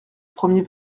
premier